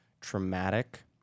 traumatic